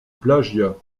plagiat